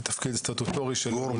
משרד החינוך קיבל